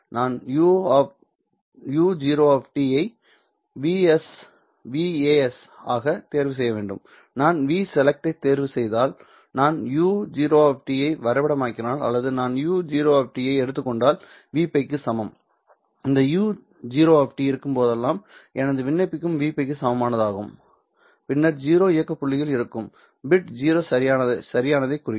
நான் uo ஐ V as ஆக தேர்வு செய்ய வேண்டும் நான் V select ஐத் தேர்வுசெய்தால் நான் uo ஐ வரைபடமாக்கினால் அல்லது நான் uo ஐ எடுத்துக் கொண்டால் V π க்கு சமம் இந்த uo இருக்கும் போதெல்லாம் இது விண்ணப்பிக்கும் V π க்கு சமமானதாகும் பின்னர் 0 இயக்க புள்ளியில் இருக்கும் பிட் 0 சரியானதைக் குறிக்கும்